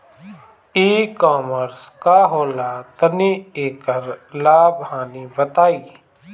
ई कॉमर्स का होला तनि एकर लाभ हानि बताई?